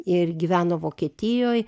ir gyveno vokietijoj